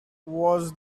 was